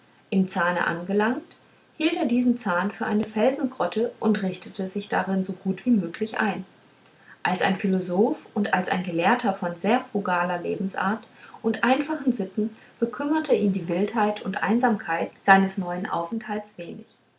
im zahne angelangt hielt er diesen zahn für eine felsengrotte und richtete sich darin so gut wie möglich ein als ein philosoph und als ein gelehrter von sehr frugaler lebensart und einfachen sitten bekümmerte ihn die wildheit und einsamkeit seines neuen aufenthalts wenig